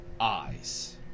eyes